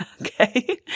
Okay